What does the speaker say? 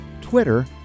Twitter